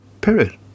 Period